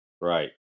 Right